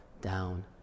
down